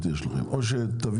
שכל משרדי הממשלה,